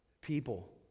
people